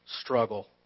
struggle